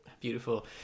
Beautiful